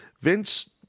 Vince